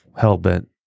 hell-bent